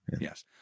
Yes